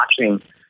watching